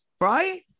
Right